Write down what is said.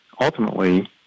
ultimately